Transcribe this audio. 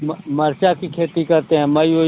म मरचा की खेती करते हैं मई वई